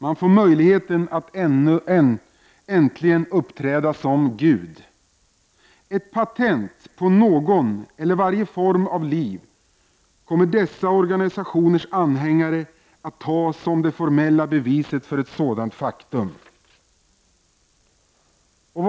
Man får möjlighet att äntligen uppträda som Gud: Ett patent på någon eller varje form av liv kommer dessa organisationers anhängare att ta som det formella beviset för ett sådant faktum.